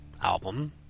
album